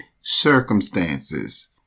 circumstances